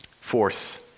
Fourth